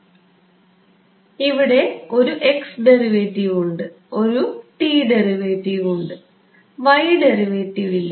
അതിനാൽ ഇവിടെ ഒരു x ഡെറിവേറ്റീവ് ഉണ്ട് ഒരു t ഡെറിവേറ്റീവ് ഉണ്ട് y ഡെറിവേറ്റീവ് ഇല്ല